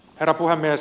herra puhemies